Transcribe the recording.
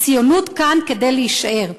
הציונות כאן כדי להישאר.